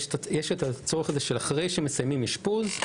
אחרי שמסיימים אשפוז,